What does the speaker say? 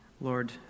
Lord